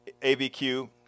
ABQ